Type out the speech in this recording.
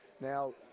Now